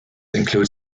include